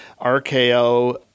RKO